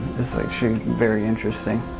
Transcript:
very interesting.